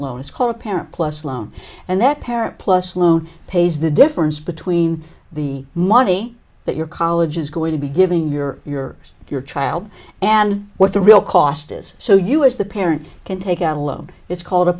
loans called a parent plus loan and that parent plus loan pays the difference between the money that your college is going to be giving your your your child and what the real cost is so you as the parent can take out a loan it's called a